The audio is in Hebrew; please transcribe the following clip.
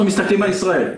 אנחנו מסתכלים על ישראל.